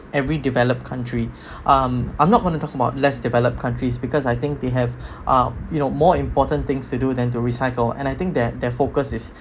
every developed country um I'm not going to talk about less developed countries because I think they have uh you know more important things to do than to recycle and I think that their focus is